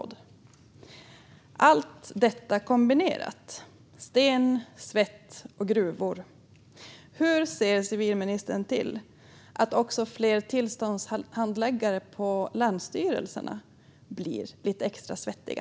Med allt detta kombinerat - sten, svett och gruvor - hur ser civilministern till att också fler tillståndshandläggare på länsstyrelserna blir lite extra svettiga?